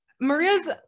Maria's